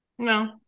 No